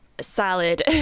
salad